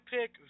pick